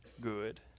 good